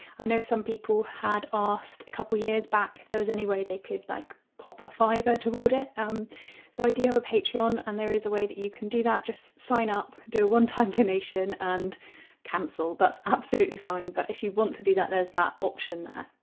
i know some people had asked a couple years back if there was any way they could like pop a fiver toward it um so i do have a patreon and there is a way that you can do that just sign up do a one-time donation and cancel that's absolutely fine. but if you want to do that there's that option there.